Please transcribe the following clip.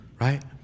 right